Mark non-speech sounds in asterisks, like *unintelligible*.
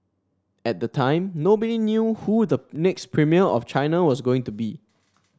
at the time nobody knew who the *unintelligible* next premier of China was going to be